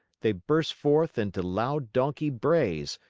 they burst forth into loud donkey brays,